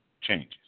changes